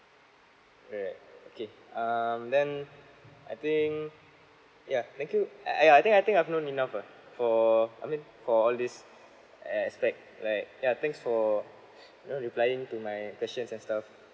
right okay um then I think yeah thank you I !aiya! I think I think I've known enough lah for I mean for all these uh aspect like yeah thanks for you know replying to my questions and stuff